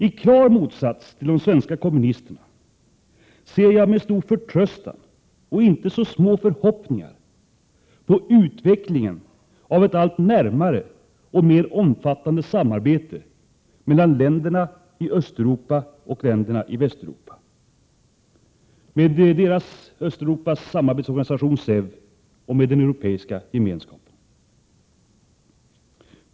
I klar motsats till de svenska kommunisterna ser jag med stor förtröstan och inte så små förhoppningar på utvecklingen av ett allt närmare och mer omfattande samarbete mellan länderna i Östeuropa och länderna i Västeuropa, med Östeuropas samarbetsorganisation SEV och med den europeiska gemenskapen.